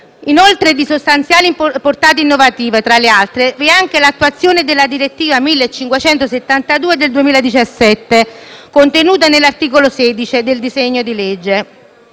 Inoltre, è di sostanziale portata innovativa, tra le altre, anche l'attuazione della direttiva 1572/2017 contenuta nell'articolo 16 del disegno di legge,